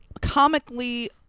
comically